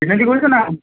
କହୁଛ ନା